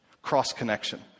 Cross-connection